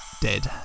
dead